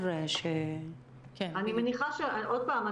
עוד פעם,